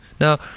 Now